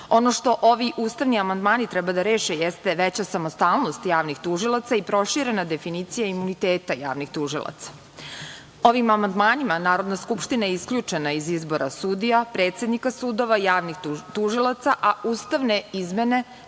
što ovi ustavni amandmani treba da reše jeste veća samostalnost javnih tužilaca i proširena definicija imuniteta javnih tužilaca. Ovim amandmanima Narodna Skupština, je isključena iz izbora sudija, predsednika sudova, javnih tužilaca, a ustavne izmene